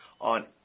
on